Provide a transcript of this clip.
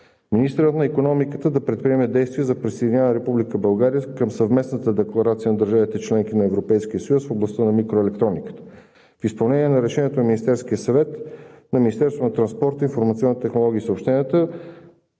министърът на икономиката да предприеме действия за присъединяване на Република България към съвместната декларация на държавите – членки на Европейския съюз, в областта на микроелектрониката. В изпълнение на решението на Министерския съвет в Министерството на транспорта, информационните технологии и съобщенията,